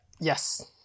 Yes